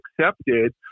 accepted